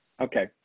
Okay